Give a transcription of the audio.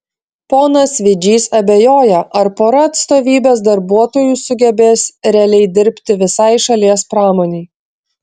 ponas vidžys abejoja ar pora atstovybės darbuotojų sugebės realiai dirbti visai šalies pramonei